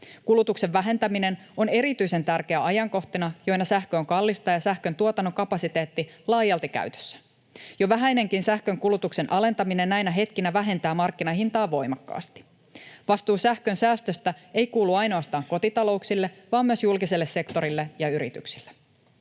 Kulutuksen vähentäminen on erityisen tärkeää ajankohtina, joina sähkö on kallista ja sähköntuotannon kapasiteetti laajalti käytössä. Jo vähäinenkin sähkönkulutuksen alentaminen näinä hetkinä vähentää markkinahintaa voimakkaasti. Vastuu sähkön säästöstä ei kuulu ainoastaan kotitalouksille vaan myös julkiselle sektorille ja yrityksille.